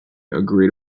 agreed